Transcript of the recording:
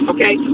Okay